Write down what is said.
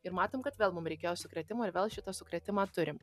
ir matom kad vėl mums reikėjo sukrėtimo ir vėl šitą sukrėtimą turim